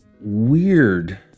weird